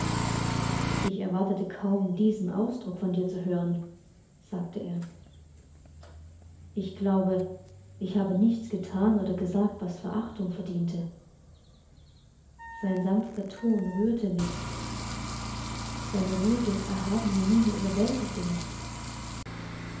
ich erwartete kaum diesen ausdruck von dir zu hören sagte er ich glaube ich habe nichts gethan oder gesagt was verachtung verdiente sein sanfter ton rührte mich seine ruhige erhabene miene überwältigte mich